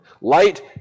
Light